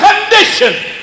condition